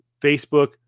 Facebook